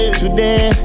today